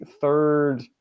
third